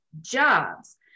jobs